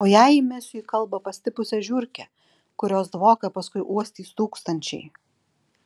o jei įmesiu į kalbą pastipusią žiurkę kurios dvoką paskui uostys tūkstančiai